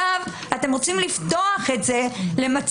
אתם רוצים עכשיו לפתוח את זה למצבים